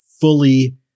fully